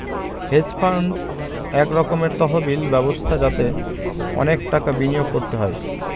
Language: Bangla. হেজ ফান্ড এক রকমের তহবিল ব্যবস্থা যাতে অনেক টাকা বিনিয়োগ করতে হয়